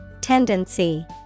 Tendency